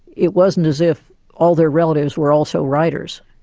it wasn't as if all their relatives were also writers.